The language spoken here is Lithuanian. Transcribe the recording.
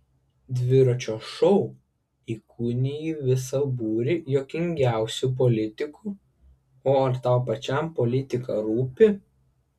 dviračio šou įkūniji visą būrį juokingiausių politikų o ar tau pačiam politika rūpi